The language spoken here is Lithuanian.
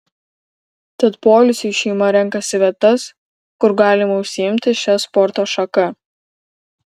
tad poilsiui šeima renkasi vietas kur galima užsiimti šia sporto šaka